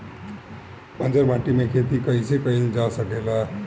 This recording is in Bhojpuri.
बंजर माटी में खेती कईसे कईल जा सकेला?